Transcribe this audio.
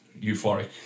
euphoric